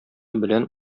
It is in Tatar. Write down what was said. белән